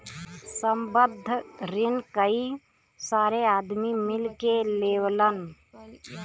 संबंद्ध रिन कई सारे आदमी मिल के लेवलन